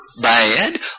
bad